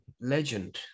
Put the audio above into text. Legend